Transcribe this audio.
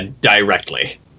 Directly